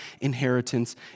inheritance